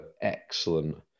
excellent